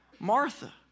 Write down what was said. Martha